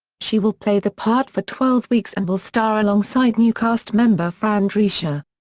she will play the part for twelve weeks and will star alongside new cast member fran drescher.